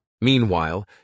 Meanwhile